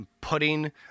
putting